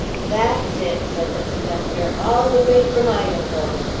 that's it! said the conductor. all the way from idaho!